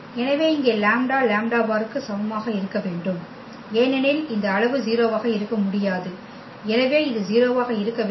எனவே இங்கே λ λ̅ க்கு சமமாக இருக்க வேண்டும் ஏனெனில் இந்த அளவு 0 ஆக இருக்க முடியாது எனவே இது 0 ஆக இருக்க வேண்டும்